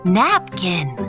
napkin